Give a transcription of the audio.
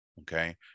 Okay